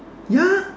ya